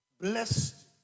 Blessed